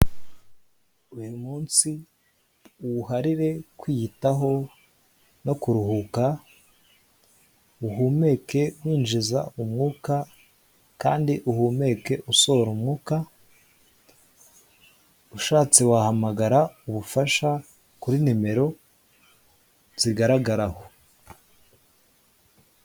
Uyu munsi uwuharire kwiyitaho no kuruhuka, ukumeke winjiza umwuka kandi uhumeke usohora umwuka ushatse wahamagara ubufasha kuri nimero zigaragara aho.